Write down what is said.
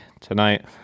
tonight